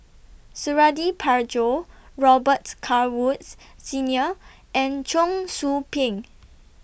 Suradi Parjo Robet Carr Woods Senior and Cheong Soo Pieng